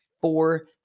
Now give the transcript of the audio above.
four